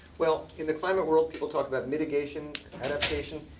well, in the climate world, people talk about mitigation, adaptation.